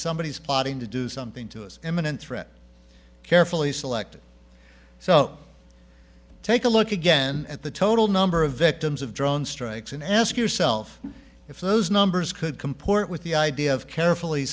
somebody is plotting to do something to us imminent threat carefully selected so take a look again at the total number of victims of drone strikes and ask yourself if those numbers could comport with the idea of carefully